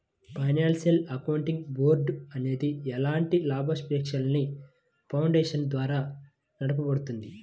financial accounting board అనేది ఎలాంటి లాభాపేక్షలేని ఫౌండేషన్ ద్వారా నడపబడుద్ది